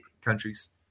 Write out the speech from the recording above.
countries